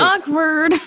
awkward